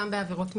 גם בעבירות מין,